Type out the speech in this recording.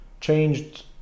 changed